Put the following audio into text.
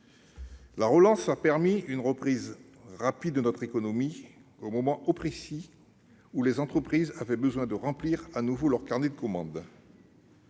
La relance a permis une reprise rapide de notre économie au moment précis où les entreprises avaient besoin de remplir de nouveau leurs carnets de commandes.